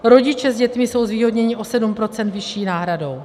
Rodiče s dětmi jsou zvýhodněni o 7 % vyšší náhradou.